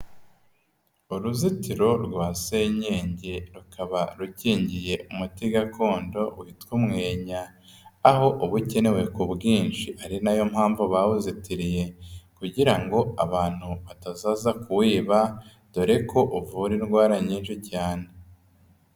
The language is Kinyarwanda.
Uruzitiro rwa senyenge rukaba rukingiye umuti gakondo witwa umwenya, aho uba ukenewe ku bwinshi ari nayo mpamvu bawuzitiriye kugira ngo abantu batazaza kuwiba dore ko uvura indwara nyinshi cyane.